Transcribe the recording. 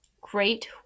great